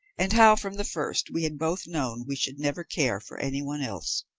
and how, from the first, we had both known we should never care for anyone else.